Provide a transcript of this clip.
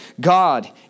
God